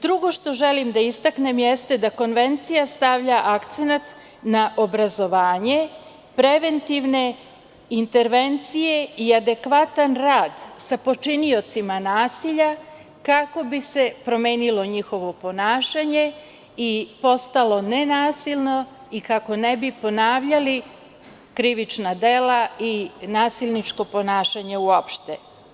Drugo što želim da istaknem jeste da konvencija stavlja akcenat na obrazovanje preventivne intervencije i adekvatan rad sa počiniocima nasilja, kako bi se promenilo njihovo ponašanje i postalo nenasilno i kako ne bi ponavljali krivična dela i nasilničko ponašanje uopšte.